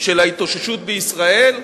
של ההתאוששות בישראל,